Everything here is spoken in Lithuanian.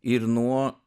ir nuo